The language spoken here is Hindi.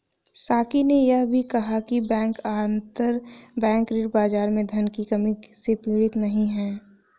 साकी ने यह भी कहा कि बैंक अंतरबैंक ऋण बाजार में धन की कमी से पीड़ित नहीं हैं